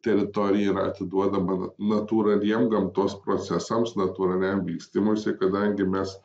teritorija yra atiduodama natūraliem gamtos procesams natūraliam vystymuisi kadangi mes